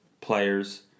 players